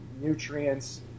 nutrients